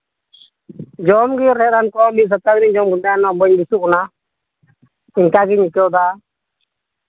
ᱡᱚᱢᱼᱧᱩ ᱨᱮ ᱨᱟᱱ ᱠᱚ ᱢᱤᱫ ᱥᱚᱯᱛᱟ ᱦᱚᱧ ᱡᱚᱢ ᱠᱮᱫᱟ ᱵᱟᱹᱧ ᱡᱩᱛᱩᱜ ᱠᱟᱱᱟ ᱚᱱᱠᱟᱜᱤᱧ ᱟᱹᱭᱠᱟᱹᱣᱫᱟ